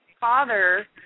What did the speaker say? father